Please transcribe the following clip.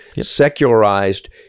secularized